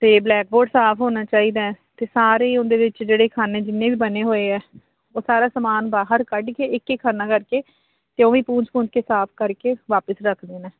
ਅਤੇ blackboard ਸਾਫ ਹੋਣਾ ਚਾਹੀਦਾ ਅਤੇ ਸਾਰੇ ਹੀ ਉਹਦੇ ਵਿੱਚ ਜਿਹੜੇ ਖਾਨੇ ਜਿੰਨੇ ਵੀ ਬਣੇ ਹੋਏ ਆ ਉਹ ਸਾਰਾ ਸਮਾਨ ਬਾਹਰ ਕੱਢ ਕੇ ਇੱਕ ਇੱਕ ਖਾਨਾ ਕਰਕੇ ਅਤੇ ਉਹ ਵੀ ਪੂੰਝ ਪੂੰਝ ਕੇ ਸਾਫ ਕਰਕੇ ਵਾਪਿਸ ਰੱਖ ਦੇਣਾ